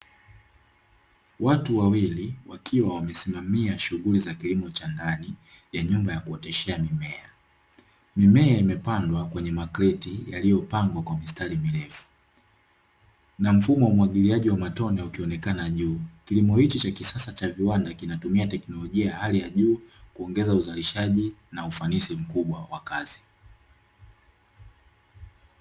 Watu wawili wakiwa wamesimamia shughuli za kilimo cha ndani ya nyumba ya kuoteshea mimea. Mimea imepandwa kwene makreti yaliyo pangwa kwa mistari mirefu na mfumo wa mwagiliaji wa matone ukionekana juu, kilimo hiki cha kisasa cha viwanda kinatumia teknolojia ya hali ya juu kuogeza uzalishaji na ufanisi mkubwa wa kazi.